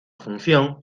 función